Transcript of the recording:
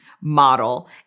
model